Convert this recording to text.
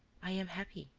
i am happy.